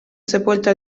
sepolto